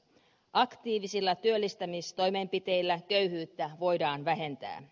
aktiivisilla työllistämistoimenpiteillä köyhyyttä voidaan vähentää